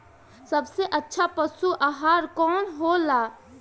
सबसे अच्छा पशु आहार कवन हो ला?